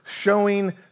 showing